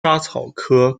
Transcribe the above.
莎草科